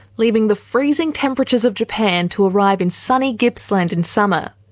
leaving the freezing temperatures of japan to arrive in sunny gippsland in summer.